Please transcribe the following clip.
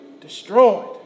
destroyed